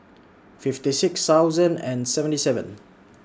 fifty six thousand and seventy seven